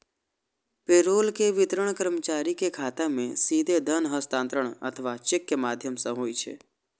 payroll के वितरण कर्मचारी के खाता मे सीधे धन हस्तांतरण अथवा चेक के माध्यम सं होइ छै